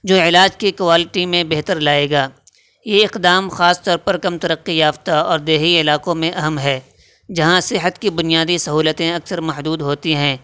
جو علاج کی کوالٹی میں بہتر لائے گا یہ اقدام خاص طور پر کم ترقی یافتہ اور دیہی علاقوں میں اہم ہے جہاں صحت کی بنیادی سہولتیں اکثر محدود ہوتی ہیں